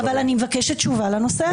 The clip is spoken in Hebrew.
אבל אני מבקשת תשובה לנושא הזה.